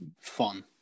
fun